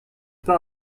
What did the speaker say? pas